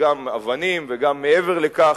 גם אבנים וגם מעבר לכך,